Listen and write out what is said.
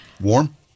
Warm